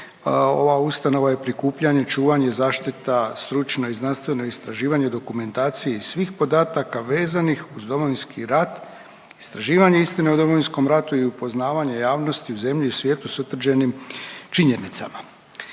ova ustanova je prikupljanje, čuvanje i zaštita stručno i znanstveno istraživanje dokumentacije i svih podataka vezanih uz Domovinski rat, istraživanje istine o Domovinskom ratu i upoznavanje javnosti u zemlji i svijetu s utvrđenim činjenicama.